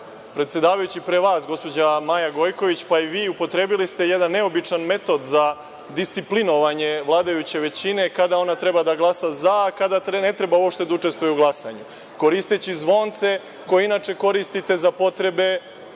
Predsedavajući pre vas gospođa Maja Gojković, pa i vi upotrebili ste jedan neobičan metod za disciplinovanje vladajuće većine, kada ona treba da glasa za, a kada ne treba uopšte da učestvuje u glasanju, koristeći zvonce koje inače koristite za potrebe